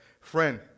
friend